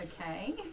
Okay